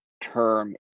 term